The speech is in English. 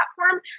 platform